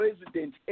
president